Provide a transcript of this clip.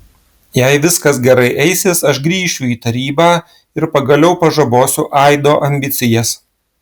jei viskas gerai eisis aš grįšiu į tarybą ir pagaliau pažabosiu aido ambicijas